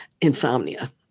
insomnia